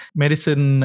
medicine